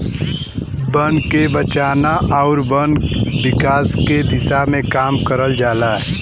बन के बचाना आउर वन विकास के दिशा में काम करल जाला